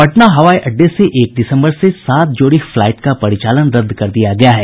पटना हवाई अड़डे से एक दिसम्बर से सात जोड़ी फ्लाइट का परिचालन रद्द कर दिया गया है